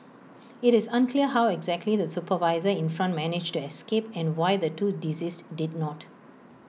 IT is unclear how exactly the supervisor in front managed to escape and why the two deceased did not